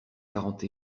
quarante